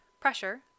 Pressure